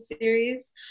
series